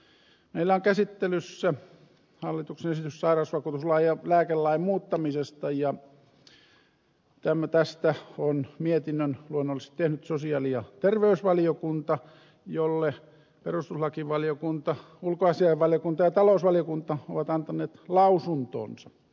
meillä on käsittelyssä hallituksen esitys sairausvakuutuslain ja lääkelain muuttamisesta ja tästä on mietinnön luonnollisesti tehnyt sosiaali ja terveysvaliokunta jolle perustuslakivaliokunta ulkoasiainvaliokunta ja talousvaliokunta ovat antaneet lausuntonsa